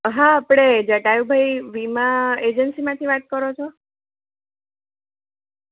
હા આપણે જટાયુંભાઈ વીમા એજન્સીમાંથી વાત કરો છો